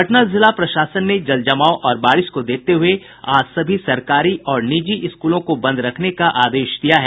पटना जिला प्रशासन ने जलजमाव और बारिश को देखते हुये आज सभी सरकारी और निजी स्कूलों को बंद रखने का आदेश दिया है